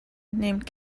named